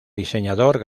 diseñador